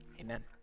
Amen